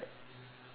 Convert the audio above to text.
I would